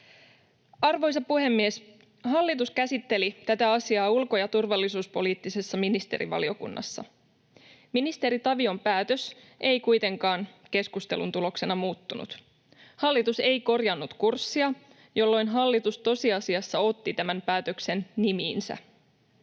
Arvoisa puhemies! Hallitus käsitteli tätä asiaa ulko- ja turvallisuuspoliittisessa ministerivaliokunnassa. Ministeri Tavion päätös ei kuitenkaan keskustelun tuloksena muuttunut. Hallitus ei korjannut kurssia, jolloin hallitus tosiasiassa otti tämän päätöksen nimiinsä.